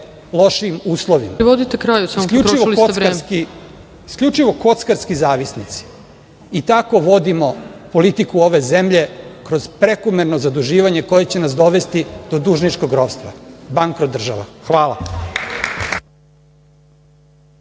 Nikezić** Isključivo kockarski zavisnici i tako vodimo politiku ove zemlje kroz prekomerno zaduživanje koje će nas dovesti do dužničkog ropstva. Bankrot država. Hvala.